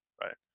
right